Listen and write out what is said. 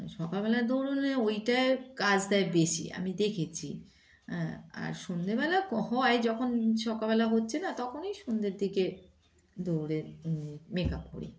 সকালবেলা দৌড়লে ওইটায় কাজ দেয় বেশি আমি দেখেছি হ্যাঁ আর সন্ধেবেলা হওয়ায় যখন সকালবেলা হচ্ছে না তখনই সন্ধ্যের দিকে দৌড়ে মেক আপ করি